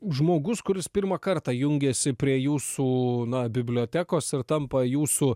žmogus kuris pirmą kartą jungiasi prie jūsų nuo bibliotekos ir tampa jūsų